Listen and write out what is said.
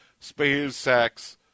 SpaceX